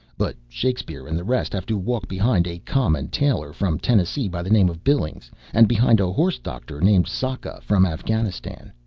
but shakespeare and the rest have to walk behind a common tailor from tennessee, by the name of billings and behind a horse-doctor named sakka, from afghanistan.